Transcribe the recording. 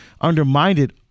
undermined